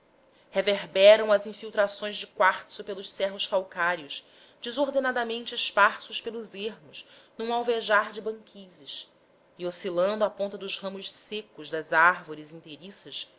reverberam as infiltrações de quartzo pelos cerros calcários desordenadamente esparsos pelos ermos num alvejar de banquisas e oscilando à ponta dos ramos secos das árvores